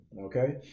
Okay